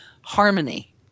harmony